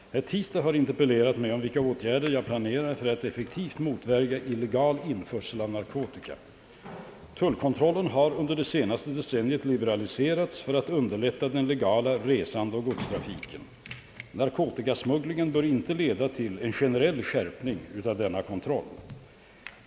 Herr talman! Herr Tistad har interpellerat mig om vilka åtgärder som jag planerar för att effektivt motverka illegal införsel av narkotika. Tullkontrollen har under det senaste decenniet liberaliserats för att underlätta den legala resandeoch godstrafiken. Narkotikasmugglingen bör inte leda till en generell skärpning av denna kontroll.